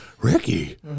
Ricky